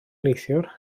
neithiwr